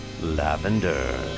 Lavender